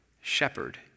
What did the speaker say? shepherd